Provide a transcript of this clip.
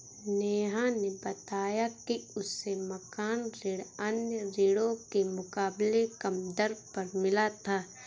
नेहा ने बताया कि उसे मकान ऋण अन्य ऋणों के मुकाबले कम दर पर मिला था